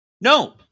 No